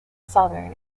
southern